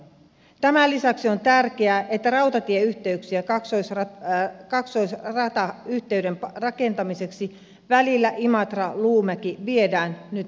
tämän lisäksi on tärkeää että rautatieyhteyksiä kaksoisratayhteyden rakentamiseksi välillä imatraluumäki viedään nyt eteenpäin